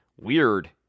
weird